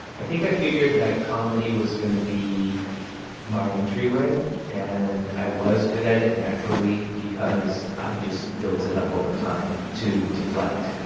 i think i figured that comedy was going to be my entryway. and i was good at it naturally because i just built it up over time to deflect,